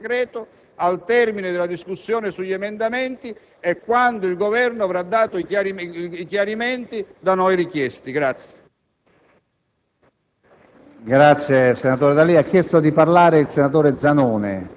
che valuteremo l'atteggiamento da assumere su questo decreto al termine della discussione sugli emendamenti e quando il Governo avrà fornito i chiarimenti da noi richiesti.